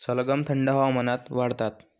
सलगम थंड हवामानात वाढतात